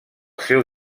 seu